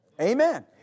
Amen